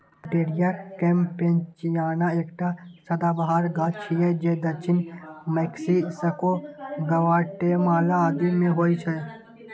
Pouteria campechiana एकटा सदाबहार गाछ छियै जे दक्षिण मैक्सिको, ग्वाटेमाला आदि मे होइ छै